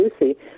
Lucy